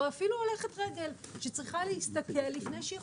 או אפילו הולכת רגל שצריכה להסתכל לפני שהיא